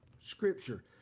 scripture